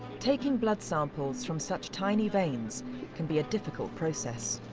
taking blood samples from such tiny veins can be a difficult process.